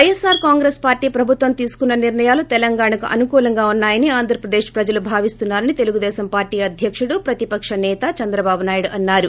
YSR Congress party ప్రభుత్వం తీసుకున్న నిర్ణయాలు తెలంగాణకు అనుకూలంగా ఉన్నాయని ఆంధ్రప్రదేశ్ ప్రజలు భావిస్తున్నారని తెలుగు దేశం పార్టీ అధ్యకుడు ప్రతిపక సేత చంద్రబాబు నాయుడు అన్నారు